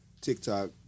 TikTok